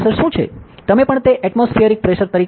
તમે પણ આવશ્ય સાંભળયુ છે કે તે એટમોસ્ફિએરિક પ્રેશર તરીકે